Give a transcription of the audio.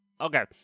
Okay